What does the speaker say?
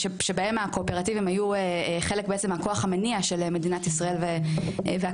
שבהם הקואופרטיבים היו חלק בעצם מהכוח המניע של מדינת ישראל והקמתה,